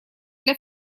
для